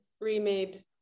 remade